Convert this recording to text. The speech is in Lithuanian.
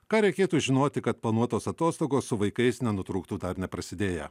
ką reikėtų žinoti kad planuotos atostogos su vaikais nenutrūktų dar neprasidėję